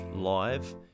live